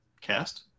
cast